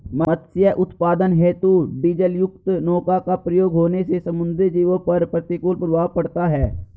मत्स्य उत्पादन हेतु डीजलयुक्त नौका का प्रयोग होने से समुद्री जीवों पर प्रतिकूल प्रभाव पड़ता है